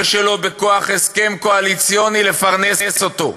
שלו בכוח הסכם קואליציוני לפרנס אותו,